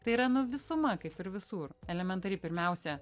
tai yra nu visuma kaip ir visur elementariai pirmiausia